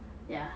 ya